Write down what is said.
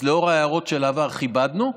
אז לאור ההערות של העבר כיבדנו,